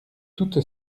toute